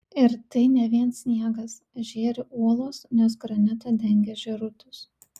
ir tai ne vien sniegas žėri uolos nes granitą dengia žėrutis